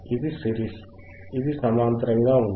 ఇది సిరీస్ ఇది సమాంతరంగా ఉంది